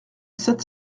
sept